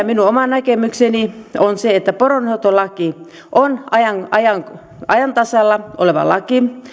minun oma näkemykseni on se että poronhoitolaki on ajan ajan tasalla oleva laki